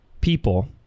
people